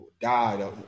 died